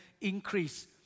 increase